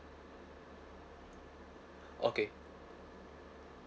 okay